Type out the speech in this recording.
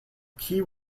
kee